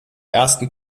ersten